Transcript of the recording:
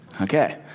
Okay